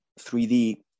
3D